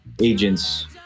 agents